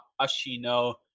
Ashino